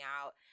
out